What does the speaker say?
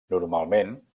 normalment